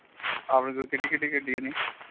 ਆਪਣੇ ਕੋਲ਼ ਕਿਹੜੀ ਕਿਹੜੀ ਗੱਡੀਆਂ ਨੇ